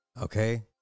Okay